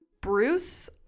Bruce